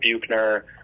Buchner